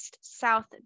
South